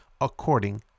according